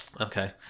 Okay